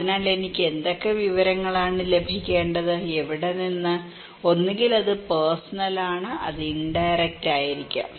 അതിനാൽ എനിക്ക് ഏതൊക്കെ വിവരങ്ങളാണ് ലഭിക്കേണ്ടത് എവിടെ നിന്ന് ഒന്നുകിൽ അത് പേർസണൽ ആണ് അത് ഇൻഡയറക്റ്റ് ആയിരിക്കാം